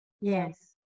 yes